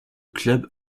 club